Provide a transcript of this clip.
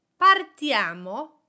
partiamo